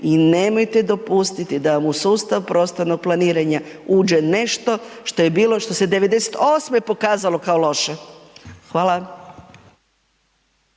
i nemojte dopustiti da vam u sustav prostornog planiranja uđe nešto što je bilo što se 98. pokazalo kao loše. Hvala.